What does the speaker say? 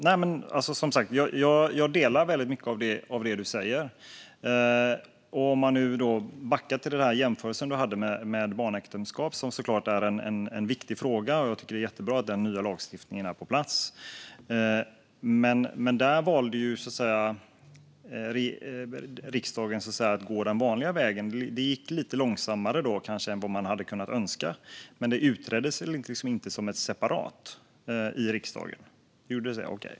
Herr talman! Som sagt jag håller med om mycket av det ledamoten säger. Vi kan backa till jämförelsen med barnäktenskap, som såklart är en viktig fråga. Jag tycker att det är jättebra att den nya lagstiftningen är på plats. Där valde riksdagen dock att gå den vanliga vägen. Det gick lite långsammare än vad man hade kunnat önska, men det utreddes inte separat i riksdagen.